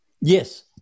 Yes